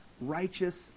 righteous